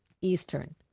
Eastern